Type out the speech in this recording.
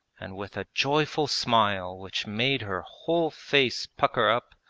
and with a joyful smile which made her whole face pucker up,